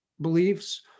beliefs